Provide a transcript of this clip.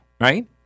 right